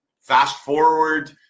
fast-forward